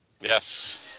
Yes